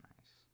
Nice